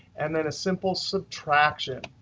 and then a simple subtraction.